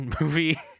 movie